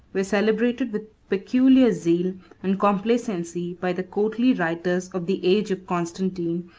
were celebrated with peculiar zeal and complacency by the courtly writers of the age of constantine,